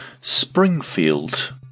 Springfield